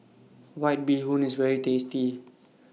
White Bee Hoon IS very tasty